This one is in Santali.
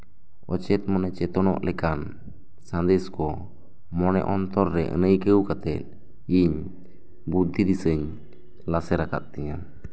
ᱚᱪᱮᱫ ᱢᱚᱱᱮ ᱪᱮᱛᱮᱱᱚᱜ ᱞᱮᱠᱟᱱ ᱥᱟᱸᱫᱮᱥ ᱠᱚ ᱢᱚᱱᱮ ᱚᱱᱛᱚᱨ ᱨᱮ ᱟᱱᱟᱭᱠᱟᱹᱣ ᱠᱟᱛᱮᱜ ᱤᱧ ᱵᱩᱫᱽᱫᱷᱤ ᱫᱤᱥᱟᱹᱧ ᱞᱟᱥᱮᱨ ᱟᱠᱟᱫ ᱛᱤᱧᱟᱹ